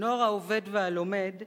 "הנוער העובד והלומד",